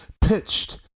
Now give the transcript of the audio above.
pitched